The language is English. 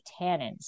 tannins